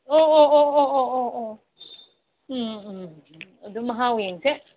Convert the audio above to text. ꯑꯣ ꯑꯣ ꯑꯣ ꯑꯣ ꯑꯣ ꯑꯣ ꯑꯣ ꯎꯝ ꯎꯝ ꯑꯗꯨ ꯃꯍꯥꯎ ꯌꯦꯡꯁꯦ